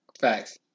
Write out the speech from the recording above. Facts